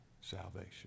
salvation